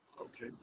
Okay